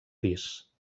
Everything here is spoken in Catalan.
pis